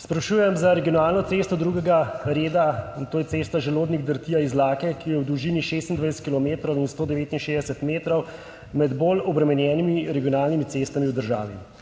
Sprašujem za regionalno cesto drugega reda, to je cesta Želodnik–Drtija–Izlake, ki je v dolžini 26 kilometrov in 169 metrov med bolj obremenjenimi regionalnimi cestami v državi.